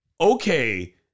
Okay